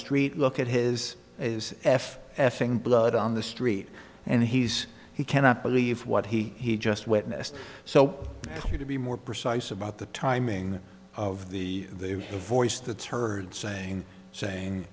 street look at his is f f ing blood on the street and he's he cannot believe what he just witnessed so he to be more precise about the timing of the voice that's heard saying saying